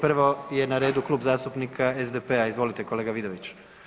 Prvo je na redu Klub zastupnika SDP-a, izvolite kolega Vidović.